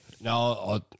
No